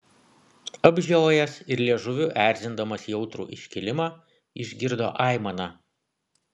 apžiojęs ir liežuviu erzindamas jautrų iškilimą išgirdo aimaną